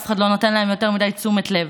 אף אחד לא נותן להם יותר מדי תשומת לב.